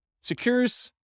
secures